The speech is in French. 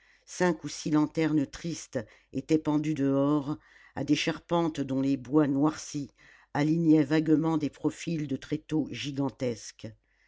cinq ou six lanternes tristes étaient pendues dehors à des charpentes dont les bois noircis alignaient vaguement des profils de tréteaux gigantesques